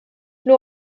nur